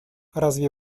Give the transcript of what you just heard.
разве